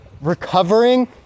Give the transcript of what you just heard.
recovering